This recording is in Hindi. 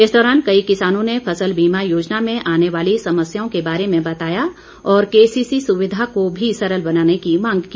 इस दौरान कई किसानों ने फसल बीमा योजना में आने वाली समस्याओं को बारे में बताया और केसीसी सुविधा को भी सरल बनाने की मांग की